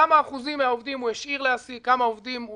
כמה אחוזים מהעובדים הוא השאיר להעסיק; כמה עובדים הוא